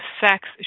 sex